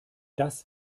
das